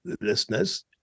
listeners